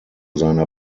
seiner